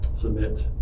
submit